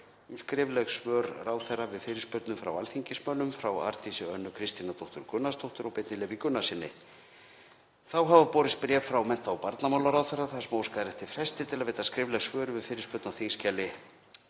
um skrifleg svör ráðherra við fyrirspurnum frá alþingismönnum, frá Arndísi Önnu Kristínardóttur Gunnarsdóttur og Birni Leví Gunnarssyni. Þá hafa borist bréf frá mennta- og barnamálaráðherra þar sem óskað er eftir fresti til að veita skrifleg svör við fyrirspurn á þskj.